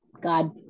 God